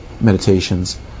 meditations